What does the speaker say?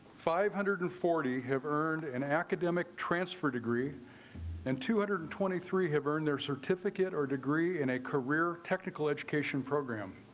five hundred and forty have earned an academic transfer degree and two hundred and twenty three have earned their certificate or degree and a career technical education program.